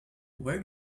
where